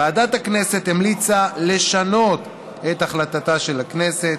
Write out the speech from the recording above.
ועדת הכנסת המליצה לשנות את החלטתה של הכנסת